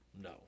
No